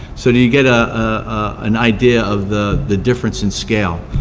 so you get ah ah an idea of the the difference in scale.